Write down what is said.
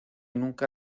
nunca